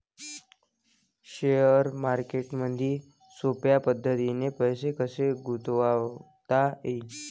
Share मार्केटमधी सोप्या पद्धतीने पैसे कसे गुंतवता येईन?